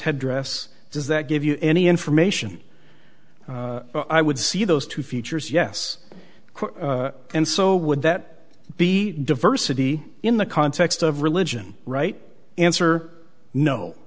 headdress does that give you any information i would see those two features yes and so would that be diversity in the context of religion right answer no